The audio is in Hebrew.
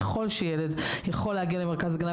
ככל שילד יכול להגיע למרכז הגנה,